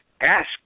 ask